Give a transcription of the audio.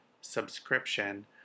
subscription